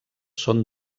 són